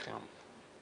נכון.